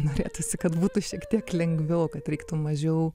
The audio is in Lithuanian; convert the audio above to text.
norėtųsi kad būtų šiek tiek lengviau kad reiktų mažiau